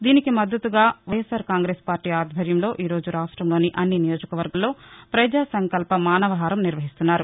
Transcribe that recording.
దీనికి మద్దతుగా వైఎస్ఆర్ కాంగ్రెస్ పార్టీ ఆధ్వర్యంలో ఈరోజు రాష్టంలోని అన్ని నియోజకవర్గాల్లో పజాసంకల్ప మానవహారం నిర్వహిస్తున్నారు